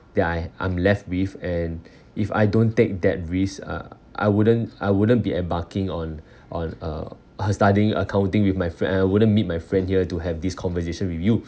that I I'm left with and if I don't take that risk uh I wouldn't I wouldn't be embarking on on uh studying accounting with my friend and wouldn't meet my friend here to have this conversation with you